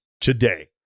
today